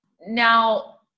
Now